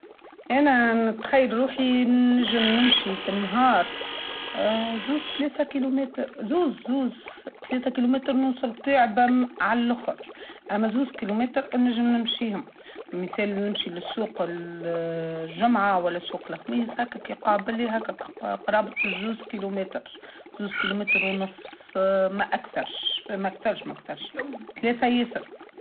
أنا هاكا في بالي في بالي المسافه إلي أنا نجم نمشيها في النهار هاكا ما أكثرش ااا تستغرق من ااااااا ساعه ساعه ساعه كاهو أكثر ما نجمش المسافه إلي نمشيها تستغرق من الزمن ساعه.